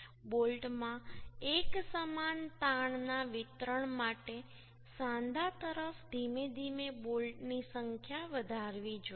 બોલ્ટમાં એકસમાન તાણના વિતરણ માટે સાંધા તરફ ધીમે ધીમે બોલ્ટની સંખ્યા વધારવી જોઈએ